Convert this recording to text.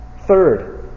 Third